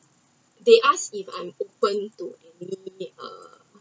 they asked if I‘m opened to immediate need uh